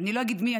אני לא אגיד מי,